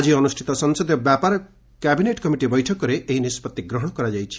ଆକି ଅନୁଷ୍ଟିତ ସଂସଦୀୟ ବ୍ୟାପାର କ୍ୟାବିନେଟ୍ କମିଟି ବୈଠକରେ ଏହି ନିଷ୍ଟଉ ନିଆଯାଇଛି